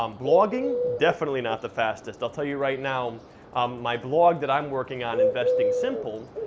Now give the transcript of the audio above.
um blogging, definitely not the fastest. i'll tell you right now my blog that i'm working on, investing simple,